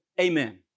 amen